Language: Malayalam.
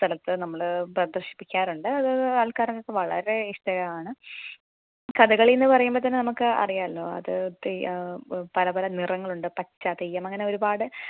സ്ഥലത്ത് നമ്മള് പ്രദർശിപ്പിക്കാറുണ്ട് അത് ആൾക്കാരൊക്കെ വളരെ ഇഷ്ടകരമാണ് കഥകളി എന്ന് പറയുമ്പോൾ തന്നെ നമുക്ക് അറിയാമല്ലൊ അത് തെ പല പല നിറങ്ങളുണ്ട് പച്ച തെയ്യം അങ്ങനെ ഒരുപാട്